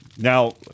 Now